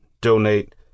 donate